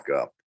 up